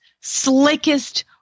slickest